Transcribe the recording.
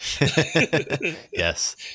Yes